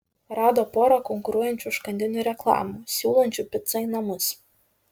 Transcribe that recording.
rado porą konkuruojančių užkandinių reklamų siūlančių picą į namus